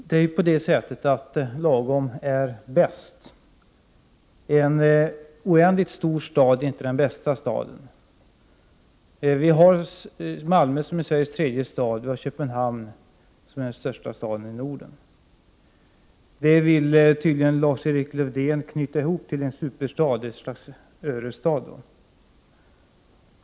Herr talman! Lagom är bäst. En oändligt stor stad är inte den bästa staden. Malmö är ju Sveriges tredje största stad och Köpenhamn är Nordens största stad. Lars-Erik Lövdén vill tydligen knyta ihop dessa båda städer till en superstad — ett slags Örestad.